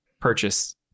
purchase